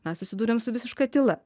mes susidūrėm su visiška tyla